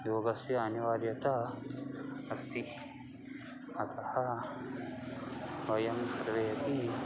योगस्य अनिवार्यता अस्ति अतः वयं सर्वेपि